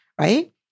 right